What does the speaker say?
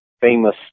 famous